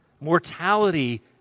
Mortality